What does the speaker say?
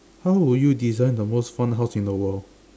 how would you design the most fun house in the world